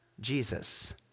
Jesus